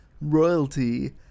royalty